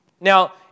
Now